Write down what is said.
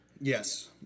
Yes